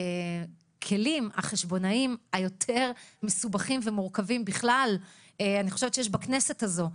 אחד הכלים החשבונאים היותר מסובכים ומורכבים בכלל שיש בכנסת הזאת,